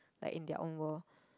like in their own world